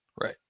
Right